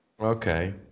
Okay